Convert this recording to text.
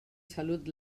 salut